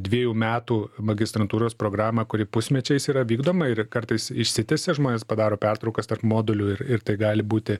dvejų metų magistrantūros programą kuri pusmečiais yra vykdoma ir kartais išsitęsia žmonės padaro pertraukas tarp modulių ir ir tai gali būti